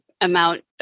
amount